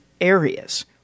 areas